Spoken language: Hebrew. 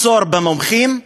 מחסור במומחים.